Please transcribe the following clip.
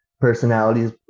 personalities